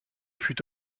fut